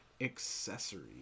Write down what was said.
accessory